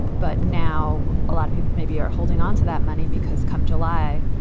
but now a lot of people maybe are holding onto that money because come july,